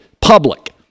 public